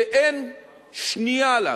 שאין שנייה לה,